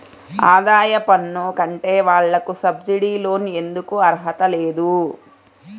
ఆదాయ పన్ను కట్టే వాళ్లకు సబ్సిడీ లోన్ ఎందుకు అర్హత లేదు?